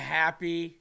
happy